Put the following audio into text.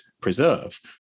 preserve